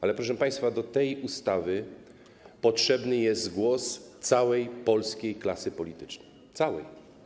Ale, proszę państwa, do tej ustawy potrzebny jest głos całej polskiej klasy politycznej, całej.